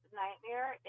nightmare